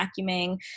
vacuuming